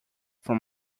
from